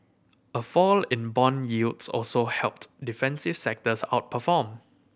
a fall in bond yields also helped defensive sectors outperform